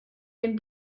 den